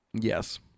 Yes